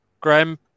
Graham